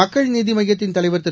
மக்கள் நீதிமய்யத்தின் தலைவர் திரு